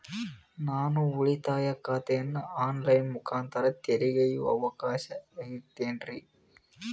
ನಾನು ಉಳಿತಾಯ ಖಾತೆಯನ್ನು ಆನ್ ಲೈನ್ ಮುಖಾಂತರ ತೆರಿಯೋ ಅವಕಾಶ ಐತೇನ್ರಿ?